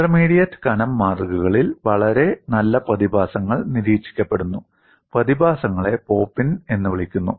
intermediate കനം മാതൃകകളിൽ വളരെ നല്ല പ്രതിഭാസങ്ങൾ നിരീക്ഷിക്കപ്പെടുന്നു പ്രതിഭാസങ്ങളെ പോപ്പ് ഇൻ എന്ന് വിളിക്കുന്നു